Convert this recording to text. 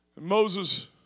Moses